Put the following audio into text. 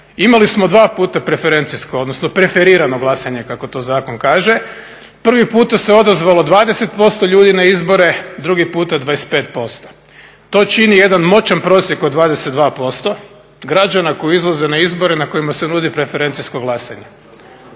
Imali smo 2 puta preferencijsko odnosno preferirano glasanje kako to zakon kaže. Prvi puta se odazvalo 20% ljudi na izbore, drugi puta 25%. To čini jedan moćan prosjek od 22% građana koji izlaze na izbore na kojima se nudi preferencijsko glasanje.